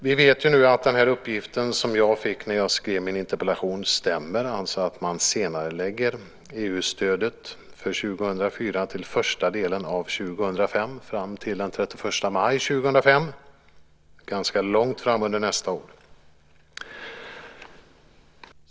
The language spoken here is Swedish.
Vi vet nu att den uppgift som jag fick när jag skrev min interpellation stämmer, nämligen att man senarelägger EU-stödet för 2004 till första delen av 2005 fram till den 31 maj 2005. Det är långt fram under nästa år.